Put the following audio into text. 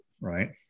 right